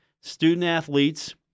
student-athletes